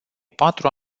patru